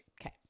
Okay